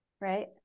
right